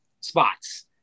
spots